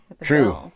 True